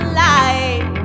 light